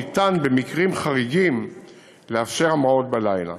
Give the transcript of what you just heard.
ניתן במקרים חריגים לאפשר המראות בלילה.